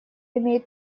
имеет